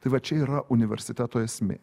tai va čia yra universiteto esmė